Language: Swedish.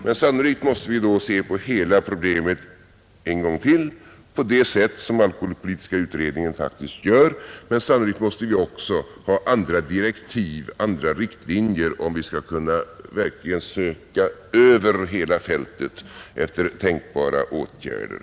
Men samtidigt måste vi då se på hela problemet en gång till på det vis som alkoholpolitiska utredningen faktiskt gör. Sannolikt måste vi emellertid också ha andra direktiv, andra riktlinjer, om vi verkligen skall kunna söka över hela fältet efter tänkbara åtgärder.